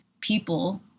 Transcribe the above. people